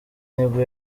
nibwo